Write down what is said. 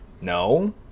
No